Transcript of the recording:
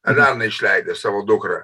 eleną išleidęs savo dukrą